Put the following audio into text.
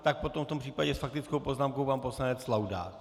Tak potom v tom případě s faktickou poznámkou pan poslanec Laudát.